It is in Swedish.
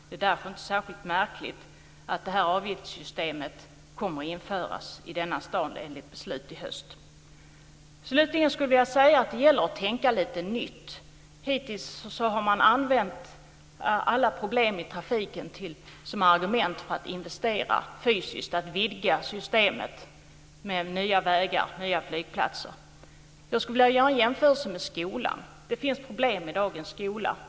Det är därför inte särskilt märkligt att ett avgiftssystem kommer att införas i den staden enligt beslut i höst. Slutligen skulle jag vilja säga att det gäller att tänka lite nytt. Hittills har man använt alla problem i trafiken som argument för att investera fysiskt, att vidga systemet med nya vägar, nya flygplatser. Jag skulle vilja göra en jämförelse med skolan. Det finns problem i dagens skola.